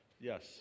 Yes